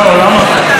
לא, למה?